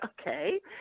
Okay